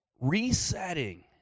Resetting